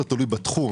יותר תלוי בתחום.